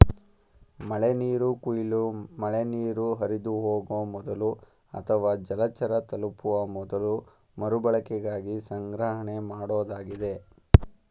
ಮಳೆನೀರು ಕೊಯ್ಲು ಮಳೆನೀರು ಹರಿದುಹೋಗೊ ಮೊದಲು ಅಥವಾ ಜಲಚರ ತಲುಪುವ ಮೊದಲು ಮರುಬಳಕೆಗಾಗಿ ಸಂಗ್ರಹಣೆಮಾಡೋದಾಗಿದೆ